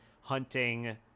hunting